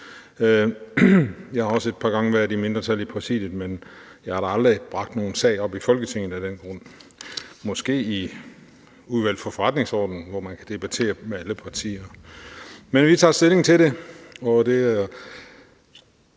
Jeg har også et par gange været i mindretal i Præsidiet, men jeg har da aldrig bragt nogen sag op i Folketinget af den grund – måske i Udvalget for Forretningsordenen, hvor man kan debattere med alle partier. Men vi tager stilling til det